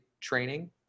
training